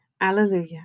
Alleluia